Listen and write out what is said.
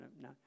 no